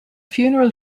funeral